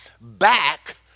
back